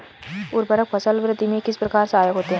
उर्वरक फसल वृद्धि में किस प्रकार सहायक होते हैं?